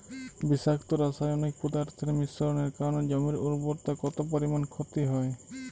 বিষাক্ত রাসায়নিক পদার্থের মিশ্রণের কারণে জমির উর্বরতা কত পরিমাণ ক্ষতি হয়?